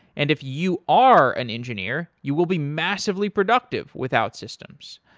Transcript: and if you are an engineer, you will be massively productive with outsystems.